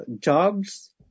jobs